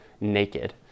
naked